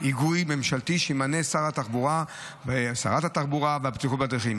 היגוי ממשלתי שתמנה שרת התחבורה והבטיחות בדרכים.